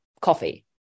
coffee